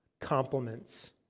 compliments